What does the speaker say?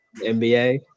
NBA